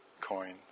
coin